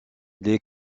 les